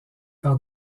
par